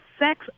Sex